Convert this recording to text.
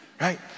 Right